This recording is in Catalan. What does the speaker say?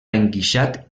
enguixat